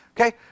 Okay